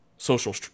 social